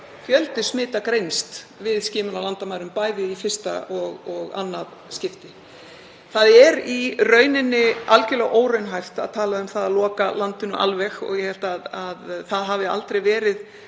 fjöldi smita greinst við skimun á landamærum, bæði í fyrsta og annað skipti. Það er algerlega óraunhæft að tala um að loka landinu alveg og ég held að það hafi aldrei verið